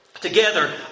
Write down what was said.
Together